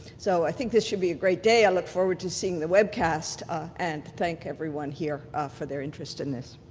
so i think this should be a great day. i look forward to seeing the webcast and thank everyone here for their interest in this.